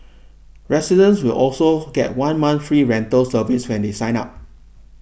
residents will also get one month free rental service when they sign up